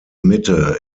mitte